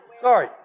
Sorry